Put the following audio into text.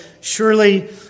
surely